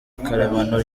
karemano